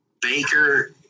Baker